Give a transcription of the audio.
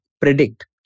predict